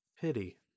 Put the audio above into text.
Pity